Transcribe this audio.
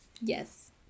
yes